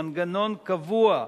מנגנון קבוע,